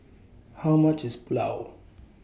How much IS Pulao